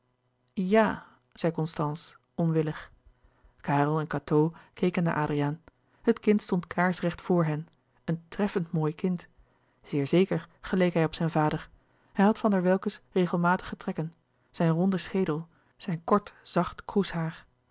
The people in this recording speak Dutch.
ja zei constance onwillig karel en cateau keken naar adriaan het kind stond kaarsrecht voor hen een treffend mooi kind zeer zeker geleek hij op zijn vader hij had van der welcke's regelmatige trekken zijn ronden schedel zijn kort zacht